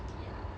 ya